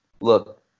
look